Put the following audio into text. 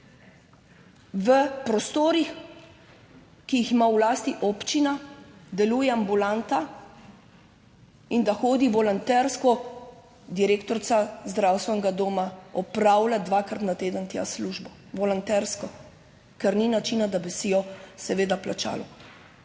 v prostorih, ki jih ima v lasti občina, deluje ambulanta, in da hodi volontersko direktorica zdravstvenega doma opravlja dvakrat na teden tja službo, volontersko, ker ni načina, da bi si jo seveda plačala,